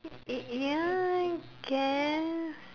eh eh ya I guess